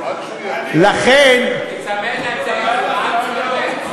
תיצמד לטקסט, תיצמד לטקסט,